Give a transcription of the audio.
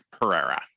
Pereira